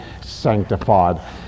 sanctified